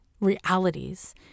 realities